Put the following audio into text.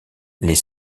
les